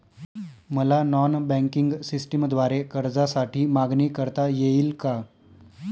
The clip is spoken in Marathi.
मला नॉन बँकिंग सिस्टमद्वारे कर्जासाठी मागणी करता येईल का?